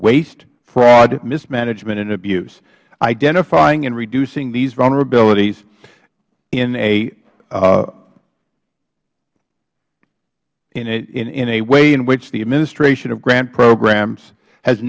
waste fraud mismanagement and abuse identifying and reducing these vulnerabilities in a way in which the administration of grant programs has